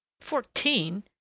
Fourteen